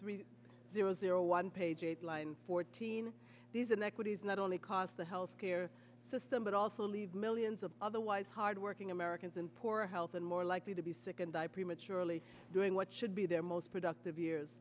three zero zero one page eight line fourteen these inequities not only cost the health care the but also leave millions of otherwise hardworking americans in poor health and more likely to be sick and die prematurely doing what should be their most productive years